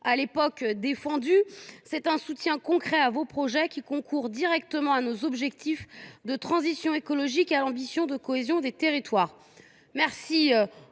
exposés :« C’est un soutien concret à vos projets, qui concourent directement à nos objectifs de transition écologique et à l’ambition de cohésion des territoires. »